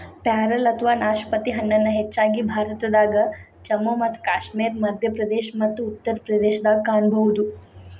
ಪ್ಯಾರಲ ಅಥವಾ ನಾಶಪತಿ ಹಣ್ಣನ್ನ ಹೆಚ್ಚಾಗಿ ಭಾರತದಾಗ, ಜಮ್ಮು ಮತ್ತು ಕಾಶ್ಮೇರ, ಮಧ್ಯಪ್ರದೇಶ ಮತ್ತ ಉತ್ತರ ಪ್ರದೇಶದಾಗ ಕಾಣಬಹುದು